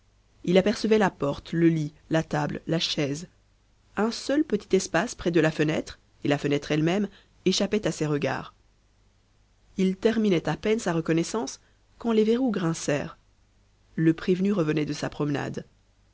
il apercevait la porte le lit la table la chaise un seul petit espace près de la fenêtre et la fenêtre elle-même échappaient à ses regards il terminait à peine sa reconnaissance quand les verroux grincèrent le prévenu revenait de sa promenade